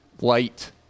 light